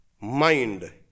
mind